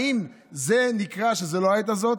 האם זה נקרא שזה לא העת הזאת?